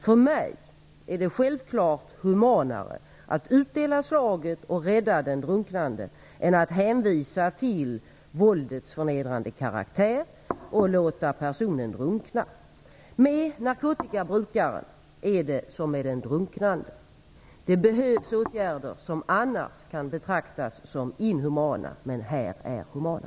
För mig är det självfallet humanare att utdela slaget och rädda den drunknande än att hänvisa till våldets förnedrande karaktär och låta personen drunkna. Med narkotikabrukaren är det som med den drunknande. Det behövs åtgärder som annars kan betraktas som inhumana. Här är de humana.